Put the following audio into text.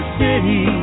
city